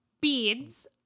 Beads